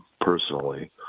personally